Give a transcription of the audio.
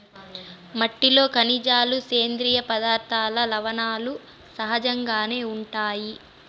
మట్టిలో ఖనిజాలు, సేంద్రీయ పదార్థాలు, లవణాలు సహజంగానే ఉంటాయి